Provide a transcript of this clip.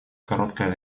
короткое